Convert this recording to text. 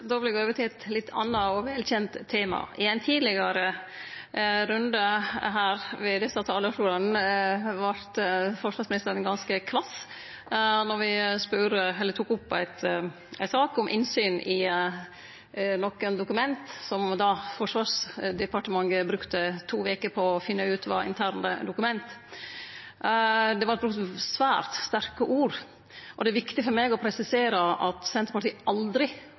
Då vil eg gå over til eit litt anna og velkjent tema. I ein tidlegare runde her ved desse talarstolane vart forsvarsministeren ganske kvass då me tok opp ei sak om innsyn i nokre dokument som Forsvarsdepartementet brukte to veker på å finne ut var interne dokument. Det vart brukt svært sterke ord, og det er viktig for meg å presisere at Senterpartiet aldri